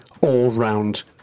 all-round